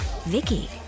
vicky